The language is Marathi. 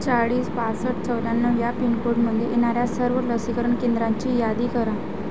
चाळीस पासष्ट चौऱ्याण्णव या पिनकोडमध्ये येणाऱ्या सर्व लसीकरण केंद्रांची यादी करा